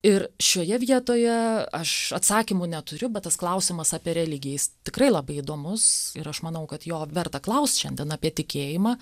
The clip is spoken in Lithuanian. ir šioje vietoje aš atsakymų neturiu bet tas klausimas apie religiją jis tikrai labai įdomus ir aš manau kad jo verta klaust šiandien apie tikėjimą